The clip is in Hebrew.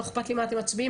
לא אכפת לי מה אתם מצביעים,